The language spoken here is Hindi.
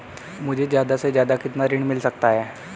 मुझे ज्यादा से ज्यादा कितना ऋण मिल सकता है?